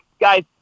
guys